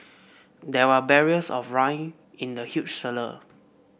there were barrels of wine in the huge cellar